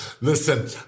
Listen